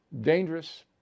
dangerous